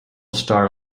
star